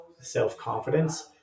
self-confidence